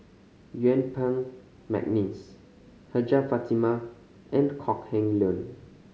Yuen Peng McNeice Hajjah Fatimah and Kok Heng Leun